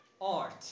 art